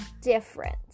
different